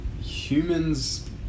humans